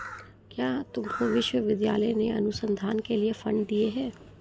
क्या तुमको विश्वविद्यालय ने अनुसंधान के लिए फंड दिए हैं?